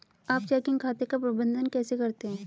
आप चेकिंग खाते का प्रबंधन कैसे करते हैं?